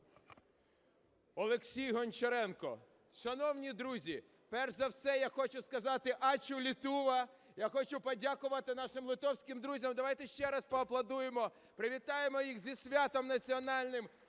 Олексій Гончаренко. Шановні друзі, перш за все, я хочу сказати: aciu Lietuva! Я хочу подякувати нашим литовським друзям. Давайте ще раз поаплодуємо, привітаємо їх зі святом національним.